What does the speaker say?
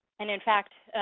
and in fact,